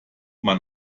man